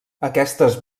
aquestes